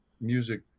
music